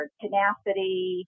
tenacity